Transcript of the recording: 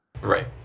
Right